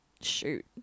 shoot